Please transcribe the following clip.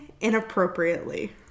inappropriately